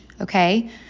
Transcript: Okay